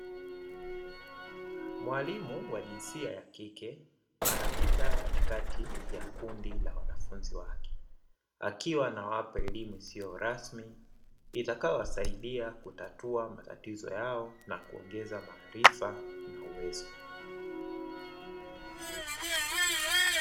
Mwalimu wa jinsia ya kike anapita katikati ya kundi la wanafunzi wake, akiwa anawapa elimu isiyo rasmi itakayowasaidia kutatua matatizo yao na kuongeza maarifa na uwezo.